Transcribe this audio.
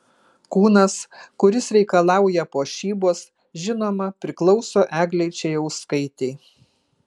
kūnas kuris reikalauja puošybos žinoma priklauso eglei čėjauskaitei